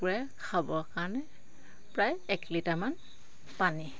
কুকুৰাই খাবৰ কাৰণে প্ৰায় এক লিটাৰমান পানী